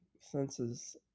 Senses